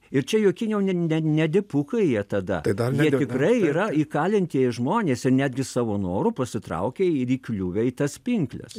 ir čia jokie ne ne ne dipukai jie tada jie tikrai yra įkalintieji žmonės ir netgi savo noru pasitraukę ir įkliuvę į tas pinkles